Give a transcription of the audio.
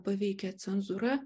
paveikė cenzūra